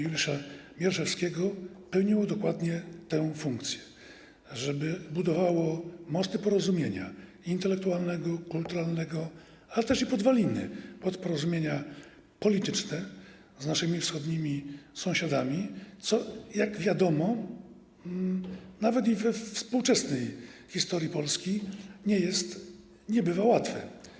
Juliusza Mieroszewskiego pełniło dokładnie tę funkcję, żeby budowało mosty porozumienia intelektualnego, kulturalnego, ale też podwaliny pod porozumienia polityczne z naszymi wschodnimi sąsiadami, co jak wiadomo, nawet we współczesnej historii Polski nie jest i nie bywa łatwe.